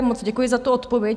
Moc děkuji za odpověď.